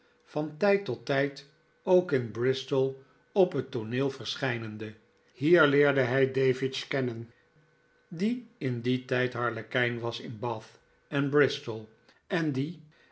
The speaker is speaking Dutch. van tijd tot tijd ook in bristol op het tooneel verschijnende hier leerde hij davidge kennen die in dien tijd harlekijn was in bath en bristol en die